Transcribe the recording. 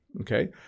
okay